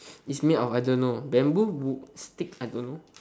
it's made of I don't know bamboo wo~ stick I don't know